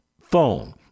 phone